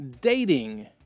dating